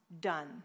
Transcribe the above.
Done